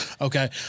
Okay